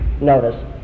Notice